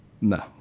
No